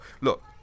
look